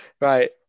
Right